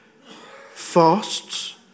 fasts